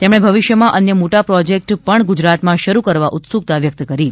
તેમણે ભવિષ્યમાં અન્ય મોટા પ્રોજેક્ટસ પણ ગુજરાતમાં શરૂ કરવા ઉત્સુકતા વ્યક્ત કરી છે